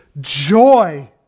joy